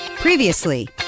Previously